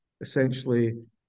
essentially